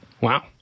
Wow